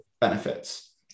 benefits